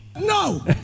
No